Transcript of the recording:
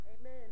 Amen